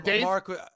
Mark